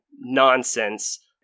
nonsense